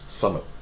summit